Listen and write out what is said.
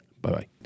Bye-bye